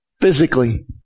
physically